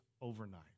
overnight